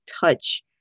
touch